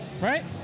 Right